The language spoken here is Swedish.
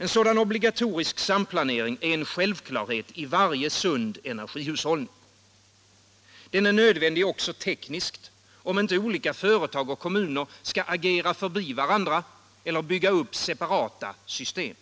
En sådan obligatorisk samplanering är en självklarhet i varje sund energihushållning. Den är nödvändig också tekniskt, om inte olika företag och kommuner skall agera förbi varandra eller bygga upp separata system.